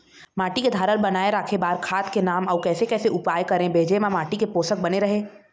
माटी के धारल बनाए रखे बार खाद के नाम अउ कैसे कैसे उपाय करें भेजे मा माटी के पोषक बने रहे?